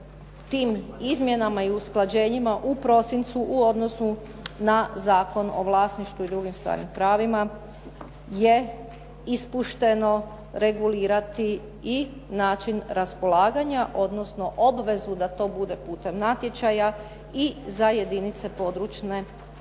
tim izmjenama i usklađenjima u prosincu u odnosu na Zakon o vlasništvu i drugim stvarnim pravima je ispušteno regulirati i način raspolaganja odnosno obvezu da to bude putem natječaja i za jedinice područne odnosno